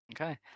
okay